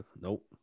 Nope